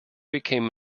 became